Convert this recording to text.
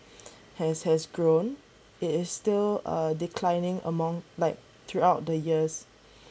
has has grown it is still a declining among like throughout the years